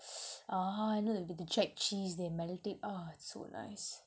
ah I know that with the check cheese they're melted so nice